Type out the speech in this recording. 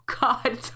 God